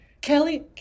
Kelly